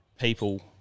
people